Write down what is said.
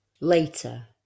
Later